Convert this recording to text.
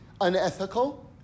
unethical